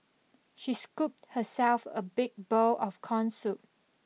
she scooped herself a big bowl of corn soup